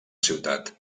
ciutat